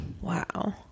wow